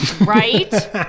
Right